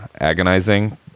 agonizing